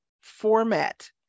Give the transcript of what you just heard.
format